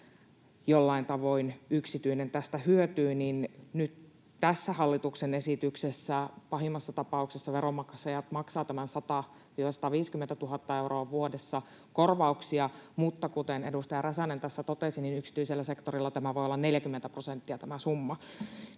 jollain tavoin yksityinen hyötyy, ja nyt tässä hallituksen esityksessä pahimmassa tapauksessa veronmaksajat maksavat tämän 100 000—150 000 euroa vuodessa korvauksia mutta, kuten edustaja Räsänen tässä totesi, yksityisellä sektorilla tämä summa voi olla 40 prosenttia, niin